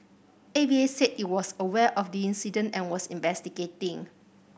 A V A said it was aware of the incident and was investigating